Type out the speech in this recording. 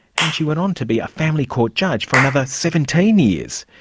and she went on to be a family court judge for another seventeen years.